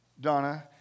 Donna